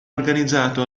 organizzato